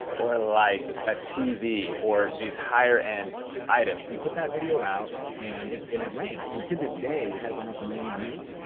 or like a tv, or these higher end items. we put that video out, and it it ranked. and to this day it has almost a million views.